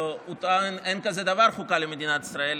הוא טען שאין דבר כזה חוקה למדינת ישראל.